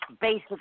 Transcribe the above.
Basic